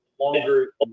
longer